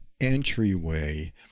entryway